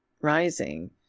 rising